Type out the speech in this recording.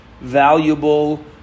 valuable